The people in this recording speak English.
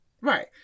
Right